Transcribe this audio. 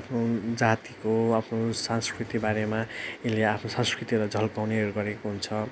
आफ्नो जातिको आफ्नो सांसकृति बारेमा यसले आफ्नो संस्कृतिलाई झल्काउनेहरू गरेको हुन्छ